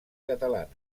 catalanes